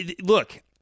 Look